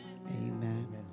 Amen